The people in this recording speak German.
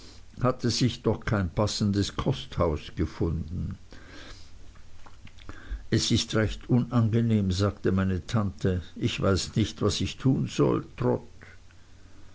hatte sich doch kein passendes kosthaus gefunden es ist recht unangenehm sagte meine tante ich weiß nicht was ich tun soll